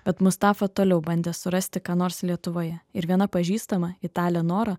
bet mustafa toliau bandė surasti ką nors lietuvoje ir viena pažįstama italė nora